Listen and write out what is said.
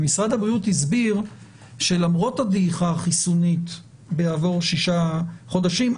משרד הבריאות הסביר שלמרות הדעיכה החיסונית בעבור שישה חודשים,